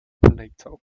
plato